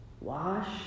wash